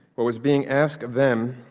what was being asked of them,